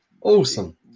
Awesome